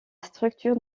structure